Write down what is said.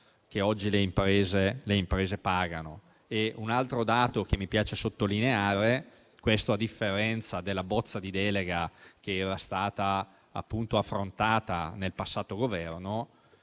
che oggi le imprese pagano. Un altro dato che mi piace sottolineare: a differenza della bozza di delega che era stata affrontata con il precedente Governo,